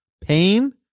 pain